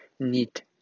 need